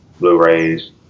Blu-rays